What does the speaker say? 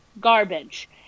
Garbage